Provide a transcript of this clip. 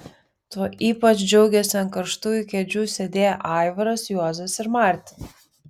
tuo ypač džiaugėsi ant karštųjų kėdžių sėdėję aivaras juozas ir martin